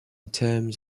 terms